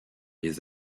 les